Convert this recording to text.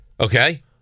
Okay